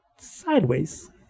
sideways